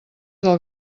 del